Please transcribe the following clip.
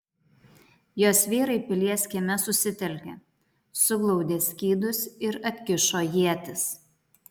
jos vyrai pilies kieme susitelkė suglaudė skydus ir atkišo ietis